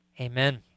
Amen